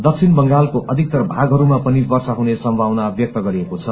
दक्षिण बंगालको अधिक्तर भागहरूमा पनि वर्षा हुने सम्भावना व्यक्त गरिएको छ